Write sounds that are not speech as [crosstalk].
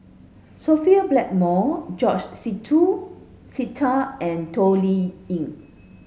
Sophia Blackmore George [unintelligible] Sita and Toh Liying